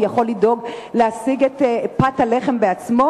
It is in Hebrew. הוא יכול לדאוג להשיג את פת הלחם בעצמו?